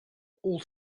all